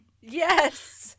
Yes